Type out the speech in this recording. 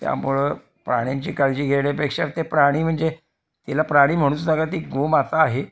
त्यामुळं प्राण्यांची काळजी घेण्यापेक्षा ते प्राणी म्हणजे तिला प्राणी म्हणूच नका ती गोमाता आहे